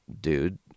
dude